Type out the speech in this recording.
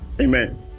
Amen